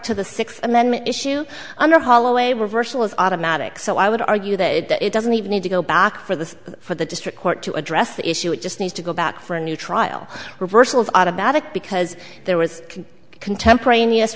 to the sixth amendment issue under holloway reversal is automatic so i would argue that it doesn't even need to go back for this for the district court to address the issue it just needs to go back for a new trial reversal is automatic because there was contemporaneous